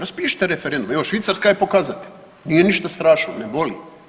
Raspišite referendum, evo Švicarska je pokazatelj nije ništa strašno, ne boli.